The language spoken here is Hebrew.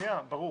ברור.